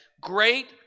great